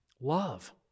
Love